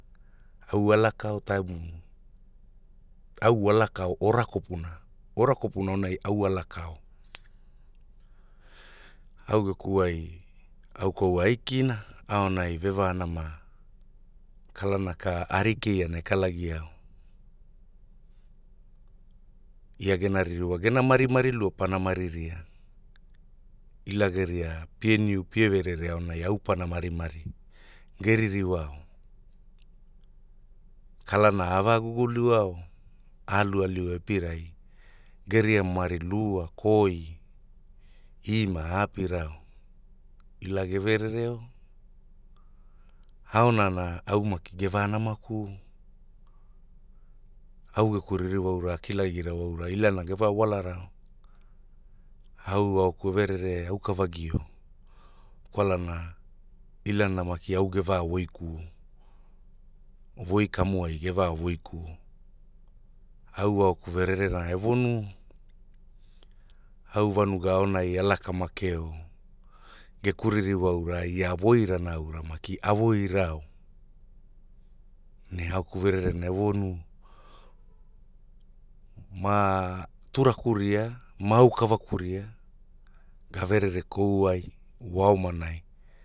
Au a lakao taemu au a lakao ora kopuna, ora kopuna aonai au a lakao, au geku ai au kwaua aikina, aonai ve vanama, kalana ka ari keiana e kalagiao, ia gena ririwa ia gena. marimari lua pana mariria, ila geria, pie niu pie verere aonai au pana marimari geririwao, kalana a va guguluao aalu ali wai epirai, geria mari lua koi, ima aapirao,. ila geverereo, aonana au maki geva nama kuo, au geku ririwa aura akilagira aura ilana ge va walarao, au aoku e verere auka vagio, kwalana, ilana maki au geva woikuo,. voi kamu ai geva woikuo, voi kamu ai geva woikuo, au auku vererena e wonuo, au vanuga aonai a laka makeo, geku ririwa aura ai a voirana maki a woirao. Ne aoku vererena e wonuo, maa,. turaku ria, ma au kavaku ria, gaverere kou wai wa oma nai.